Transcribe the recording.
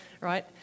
right